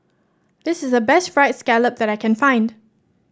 this is the best fried scallop that I can find